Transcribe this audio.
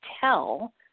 tell